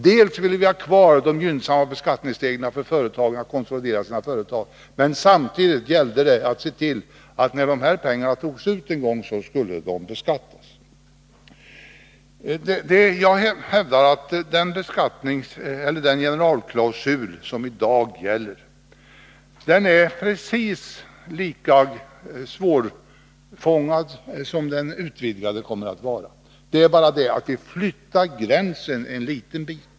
Dels ville vi ha kvar de gynnsamma beskattningsreglerna för företagarna att konsolidera sina företag, men dels gällde det att samtidigt se till att när dessa pengar en gång togs ut skulle de beskattas. Jag hävdar att den generalklausul som i dag gäller är precis lika svårfångad som den utvidgade kommer att vara. Det är bara det att vi flyttar gränsen en liten bit.